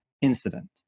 incident